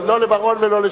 לדבר הוא יודע הרבה.